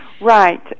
Right